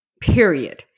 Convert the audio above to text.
period